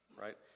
right